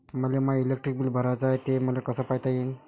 मले my electric bill भराचं हाय, ते मले कस पायता येईन?